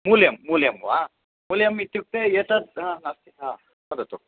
मूल्यं मूल्यं वा मूल्यम् इत्युक्ते एतत् हा नास्ति हा वदतु